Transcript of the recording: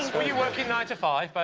were you working nine to five, by